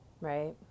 right